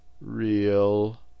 real